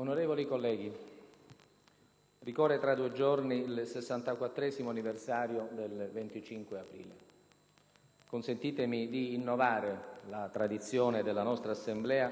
Onorevoli colleghi, ricorre tra due giorni il 64° anniversario del 25 aprile. Consentitemi di innovare la tradizione della nostra Assemblea